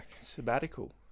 sabbatical